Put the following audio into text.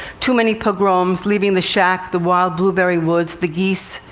too many pogroms. leaving the shack, the wild blueberry woods, the geese,